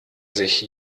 sich